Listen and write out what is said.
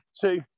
two